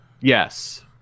yes